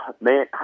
Man